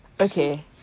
Okay